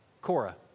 Cora